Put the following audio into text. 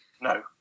No